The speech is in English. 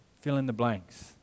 fill-in-the-blanks